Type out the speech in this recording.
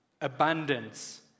abundance